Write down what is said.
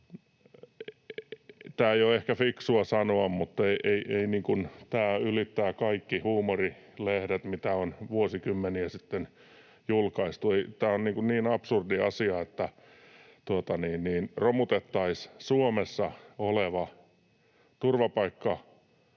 Tämä ei ole ehkä fiksua sanoa, mutta tämä ylittää kaikki huumorilehdet, mitä on vuosikymmeniä sitten julkaistu. Tämä on niin absurdi asia, että romutettaisiin Suomessa oleva turvapaikkalaki